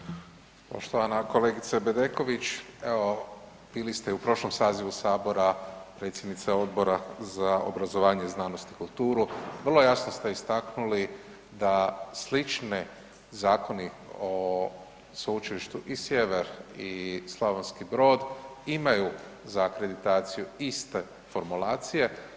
Poštovana kolegice Bedeković, evo bili ste i u prošlom sazivu sabora predsjednica Odbora za obrazovanje, znanost i kulturu, vrlo jasno ste istaknuli da slične zakoni o sveučilištu i Sjever i Slavonski Brod imaju za akreditaciju iste formulacije.